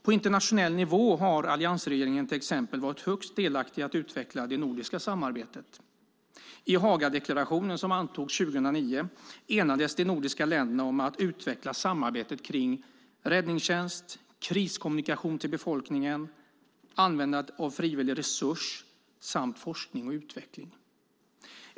På internationell nivå har alliansregeringen till exempel varit högst delaktig i att utveckla det nordiska samarbetet. I Hagadeklarationen, som antogs 2009, enades de nordiska länderna om att utveckla samarbetet kring räddningstjänst, kriskommunikation till befolkningen, användandet av frivillig resurs samt forskning och utveckling.